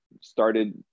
started